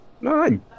No